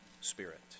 spirit